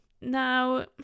Now